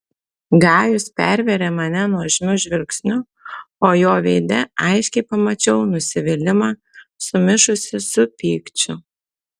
gajus pervėrė mane nuožmiu žvilgsniu o jo veide aiškiai pamačiau nusivylimą sumišusį su pykčiu